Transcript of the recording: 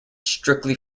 strictly